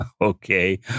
Okay